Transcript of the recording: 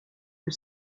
que